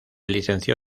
licenció